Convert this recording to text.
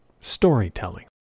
storytelling